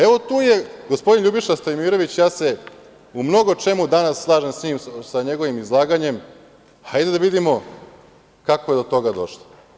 Evo, tu je gospodin Ljubiša Stojmirović, ja se u mnogo čemu danas slažem sa njim, sa njegovim izlaganjem, hajde da vidimo kako je do toga došlo.